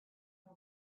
for